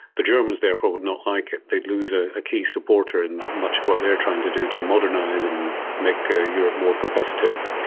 the germans therefore would not like it, they'd lose a ah key supporter in much of what they're trying to do to modernise and make ah europe more competitive.